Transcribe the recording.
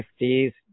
50s